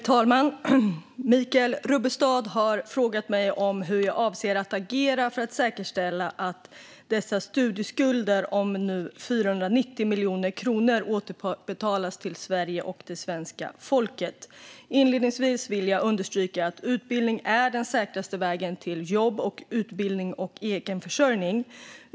Herr talman! har frågat mig hur jag avser att agera för att säkerställa att dessa studieskulder om nu 490 miljoner kronor återbetalas till Sverige och det svenska folket. Inledningsvis vill jag understryka att utbildning är den säkraste vägen till jobb och egenförsörjning.